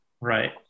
Right